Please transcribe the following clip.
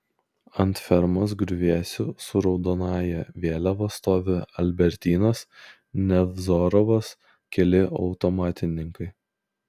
ant fermos griuvėsių su raudonąja vėliava stovi albertynas nevzorovas keli automatininkai